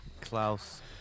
Klaus